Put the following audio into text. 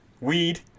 weed